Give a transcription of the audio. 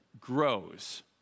grows